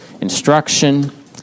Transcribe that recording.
instruction